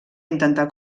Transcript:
intentar